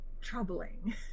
troubling